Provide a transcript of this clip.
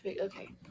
Okay